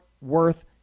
Worth